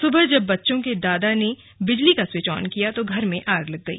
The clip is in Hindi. सुबह जब बच्चों के दादा ने बिजली का स्विच ऑन किया तो घर में आग लग गई